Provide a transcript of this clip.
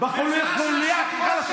פגיעה בחלשים.